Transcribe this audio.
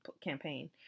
campaign